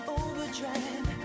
overdrive